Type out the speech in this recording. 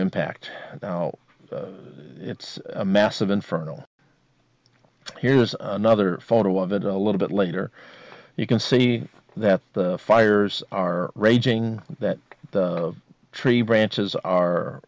impact and now it's a massive inferno here's another photo of it a little bit later you can see that the fires are raging that the tree branches are